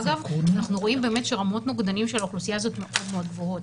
אגב אנחנו רואים באמת שרמות נוגדנים של אוכלוסייה הזאת מאוד גבוהות,